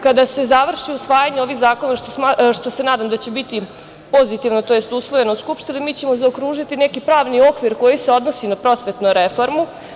Kada se završi usvajanje ovih zakona, što se nadam da će biti pozitivno, tj. usvojeno u Skupštini, mi ćemo zaokružiti neki pravni okvir koji se odnosi na prosvetnu reformu.